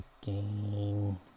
game